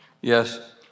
Yes